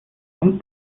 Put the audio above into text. und